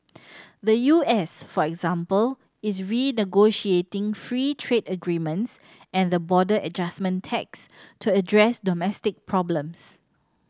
the U S for example is renegotiating free trade agreements and the border adjustment tax to address domestic problems